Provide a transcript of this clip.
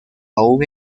aún